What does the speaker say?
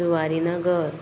Zuarinagar